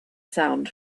sound